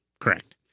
Correct